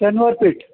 शनिवार पेठ